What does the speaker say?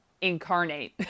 incarnate